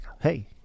hey